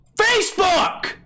Facebook